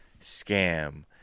scam